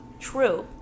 True